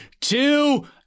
two